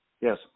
Yes